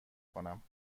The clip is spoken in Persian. کنم